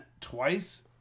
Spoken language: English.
twice